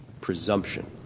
presumption